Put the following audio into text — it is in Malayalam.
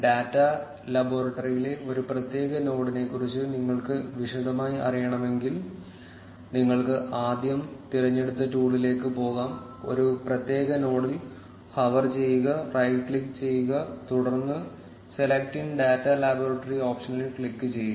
ഡാറ്റാ ലബോറട്ടറിയിലെ ഒരു പ്രത്യേക നോഡിനെക്കുറിച്ച് നിങ്ങൾക്ക് വിശദമായി അറിയണമെങ്കിൽ നിങ്ങൾക്ക് ആദ്യം തിരഞ്ഞെടുത്ത ടൂളിലേക്ക് പോകാം ഒരു പ്രത്യേക നോഡിൽ ഹോവർ ചെയ്യുക റൈറ്റ് ക്ലിക്ക് ചെയ്യുക തുടർന്ന് സെലക്ട് ഇൻ ഡാറ്റ ലബോറട്ടറി ഓപ്ഷനിൽ ക്ലിക്ക് ചെയ്യുക